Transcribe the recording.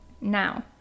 Now